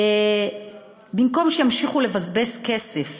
במקום שימשיכו לבזבז כסף,